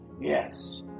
Yes